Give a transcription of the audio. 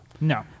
No